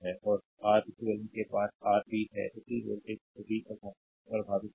तो R eq voltage के पार आर v है उसी वोल्टेज वी प्रभावित होगा